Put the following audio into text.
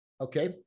Okay